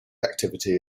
activity